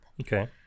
Okay